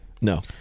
no